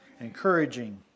Encouraging